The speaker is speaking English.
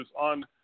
on